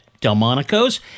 Delmonico's